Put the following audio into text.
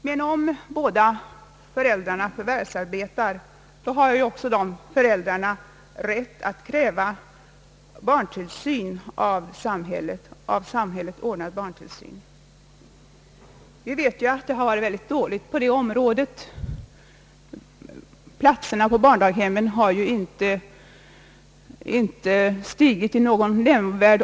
Om nu båda föräldrarna förvärvsarbetar, så har de också rätt att kräva en av samhället ordnad barntillsyn. Vi vet ju att det har varit rätt dåligt ställt på detta cemråde. Antalet platser på barndaghem har under många år inte stigt nämnvärt.